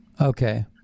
Okay